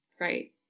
right